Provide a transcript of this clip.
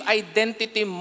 identity